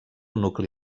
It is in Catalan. nucli